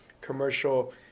commercial